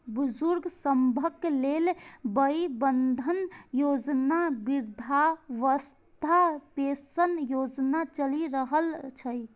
बुजुर्ग सभक लेल वय बंधन योजना, वृद्धावस्था पेंशन योजना चलि रहल छै